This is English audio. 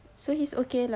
so he's okay lah